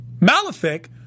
Malefic